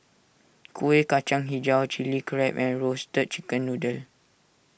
Kuih Kacang HiJau Chili Crab and Roasted Chicken Noodle